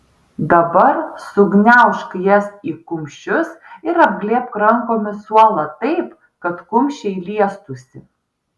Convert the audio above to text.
dabar sugniaužk jas į kumščius ir apglėbk rankomis suolą taip kad kumščiai liestųsi